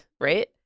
right